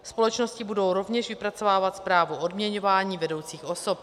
Společnosti budou rovněž vypracovávat zprávu o odměňování vedoucích osob.